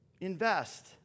Invest